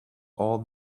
all